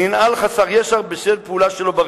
ננעל חסר ישע בשל פעולה שלו ברכב.